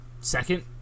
Second